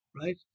right